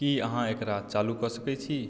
की अहाँ एकरा चालू कऽ सकै छी